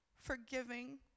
forgiving